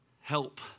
help